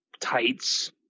Tights